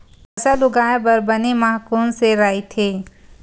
फसल उगाये बर बने माह कोन से राइथे?